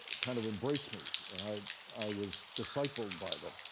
kind of embraced me, and i i was discipled by them.